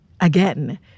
again